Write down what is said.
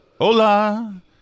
Hola